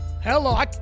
Hello